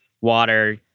water